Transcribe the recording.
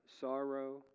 sorrow